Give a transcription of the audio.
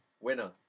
Winner